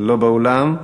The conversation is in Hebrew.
לא באולם.